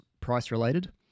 price-related